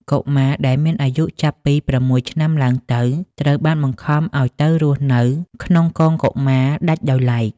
កុមារដែលមានអាយុចាប់ពី ៦ ឆ្នាំឡើងទៅ ត្រូវបានបង្ខំឱ្យទៅរស់នៅក្នុង «កងកុមារ» ដាច់ដោយឡែក។